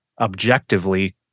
objectively